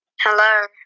Hello